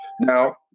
Now